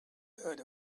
heard